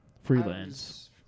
Freelance